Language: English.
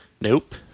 Nope